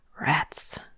rats